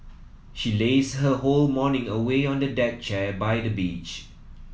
she lazed her whole morning away on a deck chair by the beach